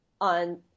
on